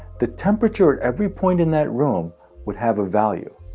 the temperature at every point in that room would have a value.